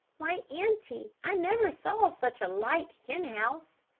why, auntie, i never saw such a light hen house.